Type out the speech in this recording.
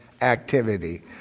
activity